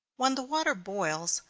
when the water boils,